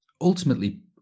ultimately